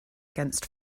against